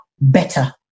better